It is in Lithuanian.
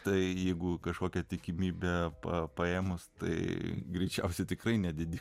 tai jeigu kažkokią tikimybę pa paėmus tai greičiausiai tikrai nedidės